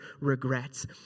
regrets